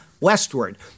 westward